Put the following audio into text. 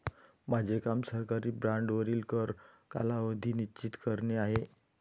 माझे काम सरकारी बाँडवरील कर कालावधी निश्चित करणे आहे